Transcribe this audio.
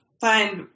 find